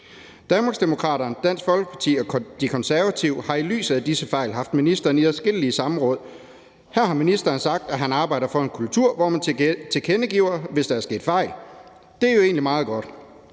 Danmarksdemokraterne, Dansk Folkeparti og De Konservative har i lyset af disse fejl haft ministeren i adskillige samråd. Her har ministeren sagt, at han arbejder for en kultur, hvor man tilkendegiver, hvis der er sket fejl. Det er jo egentlig meget godt.